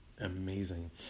amazing